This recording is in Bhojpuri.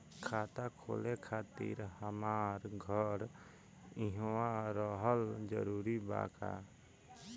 खाता खोले खातिर हमार घर इहवा रहल जरूरी बा का?